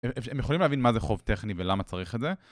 הם יכולים להבין מה זה חוב טכני ולמה צריך את זה?